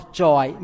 joy